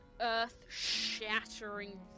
earth-shattering